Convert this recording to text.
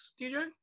DJ